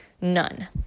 none